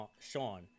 Sean